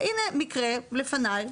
הנה מקרה לפניי,